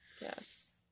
Yes